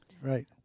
Right